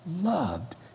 loved